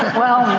well,